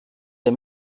der